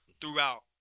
throughout